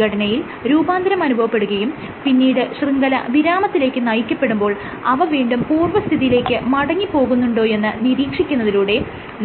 ഘടനയിൽ രൂപാന്തരം അനുഭവപ്പെടുകയും പിന്നീട് ശൃംഖല വിരാമത്തിലേക്ക് നയിക്കപ്പെടുമ്പോൾ അവ വീണ്ടും പൂർവ്വസ്ഥിതിയിലേക്ക് മടങ്ങിപോകുന്നുണ്ടോയെന്ന് നിരീക്ഷിക്കുന്നതിലൂടെ